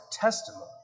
testimony